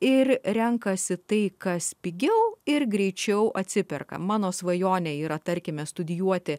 ir renkasi tai kas pigiau ir greičiau atsiperka mano svajonė yra tarkime studijuoti